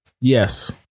Yes